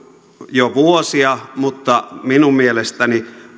jo vuosia mutta on minun mielestäni